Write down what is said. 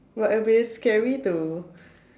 but it will be scary to